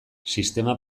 sistema